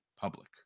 public